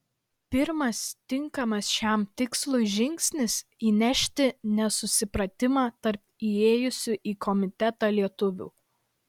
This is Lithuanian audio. pirmas tinkamas šiam tikslui žingsnis įnešti nesusipratimą tarp įėjusių į komitetą lietuvių